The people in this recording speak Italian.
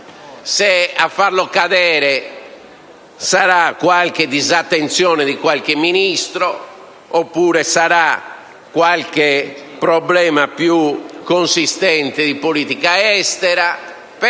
se a farlo cadere sarà una disattenzione di qualche Ministro, oppure problemi più consistenti di politica estera.